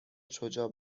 شجاع